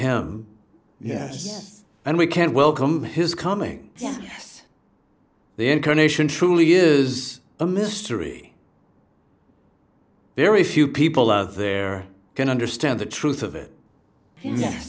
him yes and we can't welcome his coming the incarnation truly is a mystery very few people out there can understand the truth of it ye